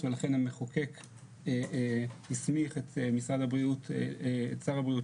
והם קיימו איתנו היוועצות בחודש מאי 2021. שר הכלכלה